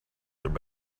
their